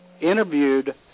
interviewed